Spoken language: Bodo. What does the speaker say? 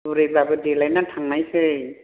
बुरैब्लाबो देलायनानै थांनोसै